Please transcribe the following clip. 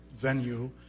venue